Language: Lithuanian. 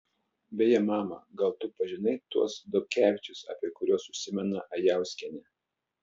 beje mama gal tu pažinai tuos dobkevičius apie kuriuos užsimena ajauskienė